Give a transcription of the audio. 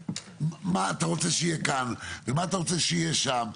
מה שאתה רוצה שיהיה כאן ומה אתה רוצה שיהיה שם.